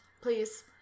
Please